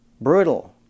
Brutal